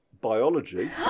biology